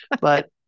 but-